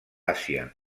àsia